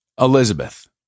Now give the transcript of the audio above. Elizabeth